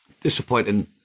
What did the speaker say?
disappointing